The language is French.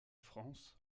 france